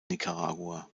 nicaragua